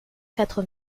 quatre